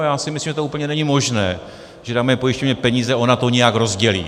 Já si myslím, že to úplně není možné, že dáme pojišťovně peníze a ona to nějak rozdělí.